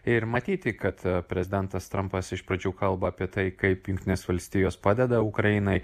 ir matyti kad prezidentas trampas iš pradžių kalba apie tai kaip jungtinės valstijos padeda ukrainai